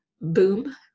boom